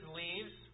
leaves